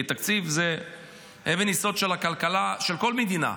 כי תקציב זה אבן יסוד של הכלכלה של כל מדינה,